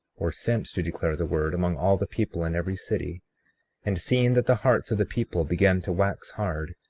or sent to declare the word, among all the people in every city and seeing that the hearts of the people began to wax hard,